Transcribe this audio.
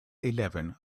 eleven